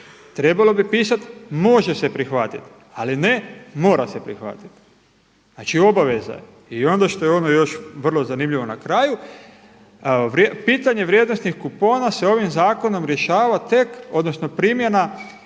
Trebalo bi pisati može se prihvatiti ali ne mora se prihvatit. Znači obaveza je i ono što je još vrlo zanimljivo na kraju pitanje vrijednosnih kupona se ovim zakonom rješava tek odnosno primjena